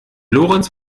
lorenz